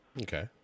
Okay